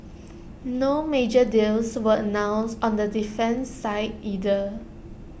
no major deals were announced on the defence side either